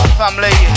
family